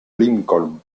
lincoln